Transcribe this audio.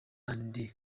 and